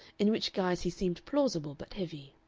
in which guise he seemed plausible but heavy